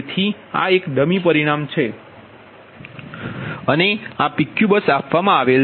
તેથી આ એક ડમી પરિમાણ છે અને આ PQ બસ આપવામાં આવેલ છે